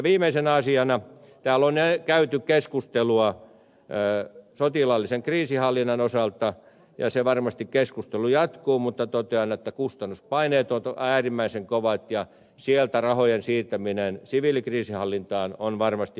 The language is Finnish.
viimeisenä asiana täällä on käyty keskustelua sotilaallisen kriisinhallinnan osalta ja varmasti se keskustelu jatkuu mutta totean että kustannuspaineet ovat äärimmäisen kovat ja sieltä rahojen siirtäminen siviilikriisinhallintaan on varmasti mahdotonta